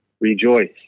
rejoice